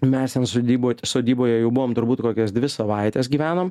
mes ten sodyboj sodyboje jau buvom turbūt kokias dvi savaites gyvenom